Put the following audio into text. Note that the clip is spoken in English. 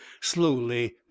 slowly